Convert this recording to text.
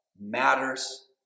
matters